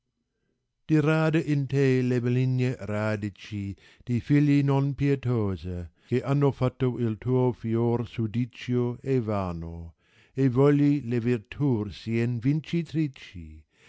piglio dirada in te le maligne radici de figli non pietosa che hanno fatto il tuo fior sudicio e vancr vogli le virtù sien vincitrici